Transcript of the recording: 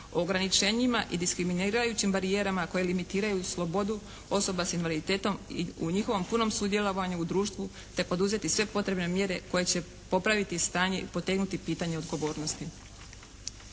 ograničenjima i diskriminirajućim barijerama koje limitiraju slobodu osoba s invaliditetom i u njihovom punom sudjelovanju u društvu te poduzeti sve potrebne mjere koje će popraviti stanje i potegnuti pitanje odgovornosti.